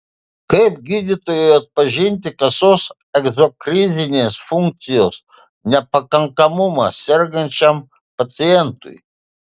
kaip gydytojui atpažinti kasos egzokrininės funkcijos nepakankamumą sergančiam pacientui